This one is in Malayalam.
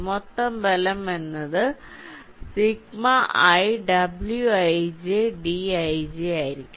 മൊത്തം ബലം എന്നത് ∑jwijdijആയിരിക്കും